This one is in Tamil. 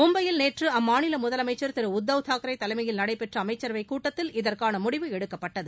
மும்பையில் நேற்று அம்மாநில முதலமைச்சர் திரு உத்தவ் தாக்ரே தலைமையில் நடைபெற்ற அமைச்சரவைக் கூட்டத்தில் இதற்கான முடிவு எடுக்கப்பட்டது